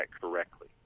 correctly